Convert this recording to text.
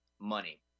Money